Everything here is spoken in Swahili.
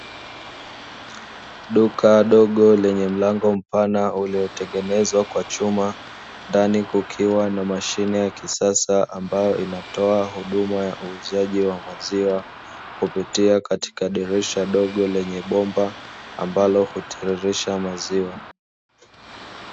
Duka dogo lenye mlango mpana uliotengenezwa kwa chuma, ndani kukiwa na mashine ya kisasa ambayo inatoa huduma ya uuzaji wa maziwa, kupitia dirisha dogo lenye bomba ambalo hutiririsha maziwa.